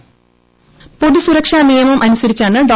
voice പൊതുസുരക്ഷാ നിയമും അനുസരിച്ചാണ് ഡോ